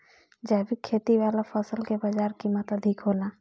जैविक खेती वाला फसल के बाजार कीमत अधिक होला